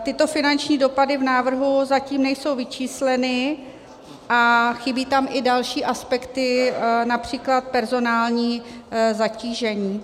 Tyto finanční dopady v návrhu zatím nejsou vyčísleny a chybí tam i další aspekty, například personální zatížení.